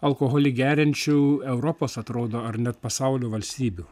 alkoholį geriančių europos atrodo ar net pasaulio valstybių